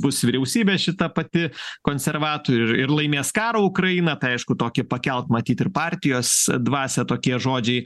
bus vyriausybė šita pati konservatorių ir ir laimės karą ukraina tai aišku tokį pakelt matyt ir partijos dvasią tokie žodžiai